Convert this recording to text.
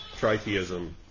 Tritheism